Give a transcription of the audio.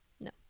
no